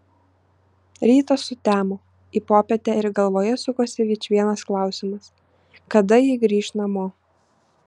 rytas sutemo į popietę ir galvoje sukosi vičvienas klausimas kada ji grįš namo